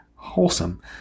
wholesome